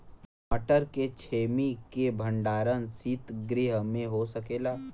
मटर के छेमी के भंडारन सितगृह में हो सकेला?